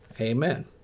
Amen